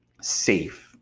safe